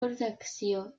protecció